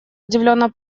удивленно